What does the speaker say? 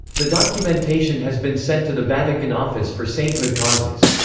the documentation has been sent to the vatican office for sainthood causes.